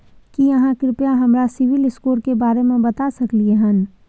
की आहाँ कृपया हमरा सिबिल स्कोर के बारे में बता सकलियै हन?